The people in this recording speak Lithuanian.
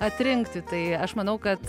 atrinkti tai aš manau kad